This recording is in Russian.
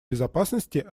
безопасности